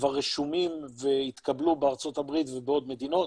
כבר רשומים והתקבלו בארצות הברית ובעוד מדינות,